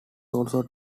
also